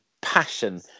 passion